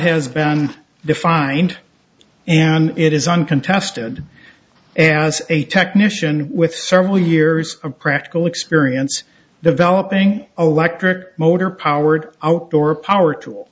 has been defined and it is uncontested and as a technician with several years of practical experience developing electric motor powered outdoor power tools